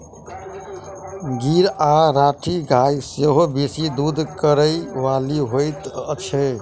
गीर आ राठी गाय सेहो बेसी दूध करय बाली होइत छै